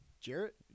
Jarrett